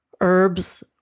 herbs